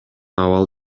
абал